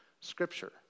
scripture